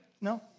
No